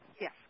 yes